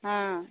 ஆ